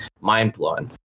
mind-blowing